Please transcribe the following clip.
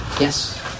Yes